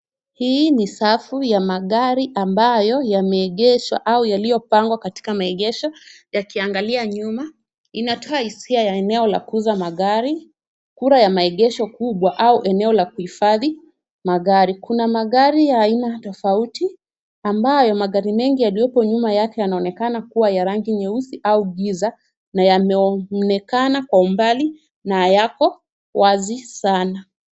Hii ni safu ya magari ambayo yameegeshwa au yaliyopangwa katika maegesho yakiangalia nyuma. Inakaa hisia ya eneo la kuuza magari, kura ya maegesho kubwa, au eneo la kuhifadhi magari. Kuna magari ya aina tofauti ambayo magari mengi yaliyoko nyuma yake yanaonekana kuwa ya rangi nyeusi au giza na yameonekana kwa umbali au hayako wazi sana.